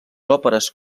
òperes